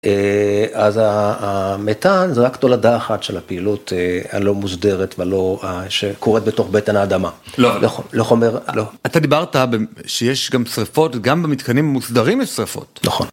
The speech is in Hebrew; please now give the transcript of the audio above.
אז המתאן זה רק תולדה אחת של הפעילות הלא מוסדרת ולא… שקורית בתוך בטן האדמה, לא חומר, לא. אתה דיברת שיש גם שריפות, גם במתקנים המוסדרים יש שריפות. נכון.